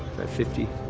fifty